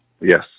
Yes